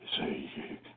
say